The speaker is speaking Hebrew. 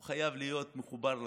יהיה חייב להיות מחובר לשרים,